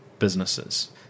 businesses